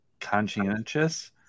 conscientious